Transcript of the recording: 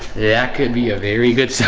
that could be a very good